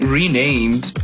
renamed